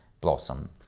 Blossom